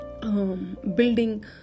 building